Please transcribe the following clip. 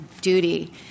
duty